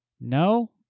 no